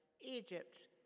Egypt